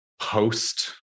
post